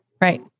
Right